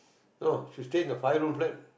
oh she stayed in a five room flat